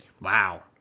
Wow